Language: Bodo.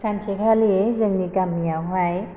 सानसेखालि जोंनि गामियावहाय